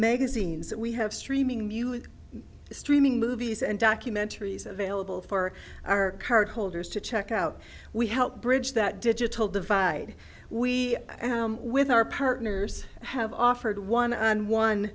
magazines that we have streaming music streaming movies and documentaries available for our card holders to check out we help bridge that digital divide we with our partners have offered one on